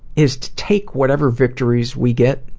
is to take whatever victories we get,